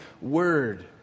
Word